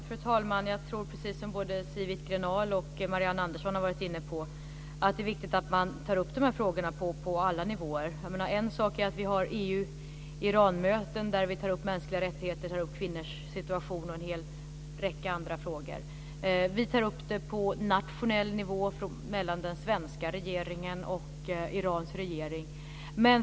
Fru talman! Det är viktigt att man tar upp de här frågorna på alla nivåer, precis som Siw Wittgren-Ahl och Marianne Andersson har varit inne på. En sak är att vi har möten mellan EU och Iran där vi tar upp mänskliga rättigheter, kvinnors situation och en hel räcka andra frågor. Vi tar upp frågorna på nationell nivå, mellan den svenska regeringen och Irans regering.